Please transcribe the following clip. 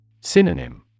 Synonym